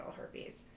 herpes